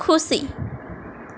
ખુશી